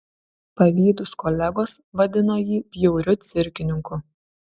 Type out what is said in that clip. pavydūs kolegos vadino jį bjauriu cirkininku